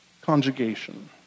conjugation